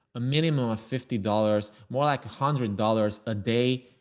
a minimum of fifty dollars, more like a hundred dollars a day